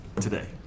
today